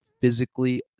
physically